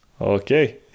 Okay